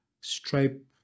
Stripe